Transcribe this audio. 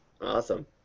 Awesome